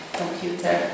computer